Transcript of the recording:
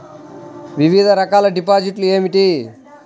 వివిధ రకాల డిపాజిట్లు ఏమిటీ?